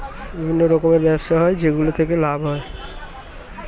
বিভিন্ন রকমের ব্যবসা হয় যেগুলো থেকে লাভ হয়